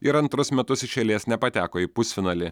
ir antrus metus iš eilės nepateko į pusfinalį